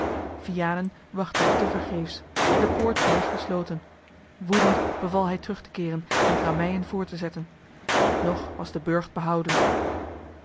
vianen wachtte tevergeefs de poort bleef gesloten woedend beval hij terug te keeren en het rammeien voort te zetten nog was de burcht behouden